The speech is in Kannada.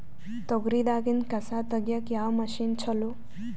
ತೊಗರಿ ದಾಗಿಂದ ಕಸಾ ತಗಿಯಕ ಯಾವ ಮಷಿನ್ ಚಲೋ?